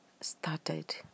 started